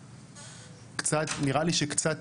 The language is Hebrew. קצת נראה לי שקצת,